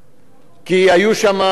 כי היו שם עשרות,